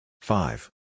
five